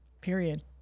Period